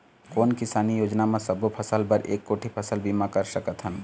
कोन किसानी योजना म सबों फ़सल बर एक कोठी फ़सल बीमा कर सकथन?